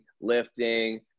lifting